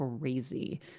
crazy